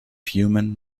human